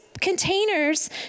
containers